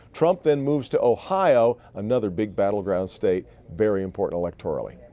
trump and moves to ohio, another big battleground state, very important electorally.